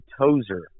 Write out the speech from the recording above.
Tozer